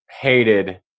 hated